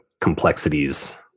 complexities